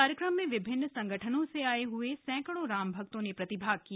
कार्यक्रम में विभिन्न संगठनों से आये हए सैकड़ों राम भक्तों ने प्रतिभाग किया